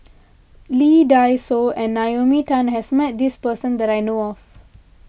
Lee Dai Soh and Naomi Tan has met this person that I know of